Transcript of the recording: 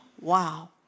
wow